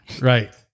Right